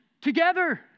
Together